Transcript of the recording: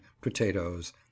potatoes